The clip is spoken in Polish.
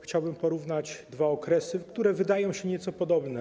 Chciałbym porównać dwa okresy, które wydają się nieco podobne.